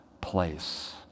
place